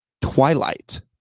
Twilight